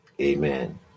Amen